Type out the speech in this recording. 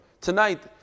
Tonight